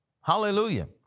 Hallelujah